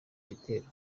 bitero